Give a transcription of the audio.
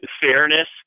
fairness